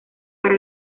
para